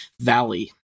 valley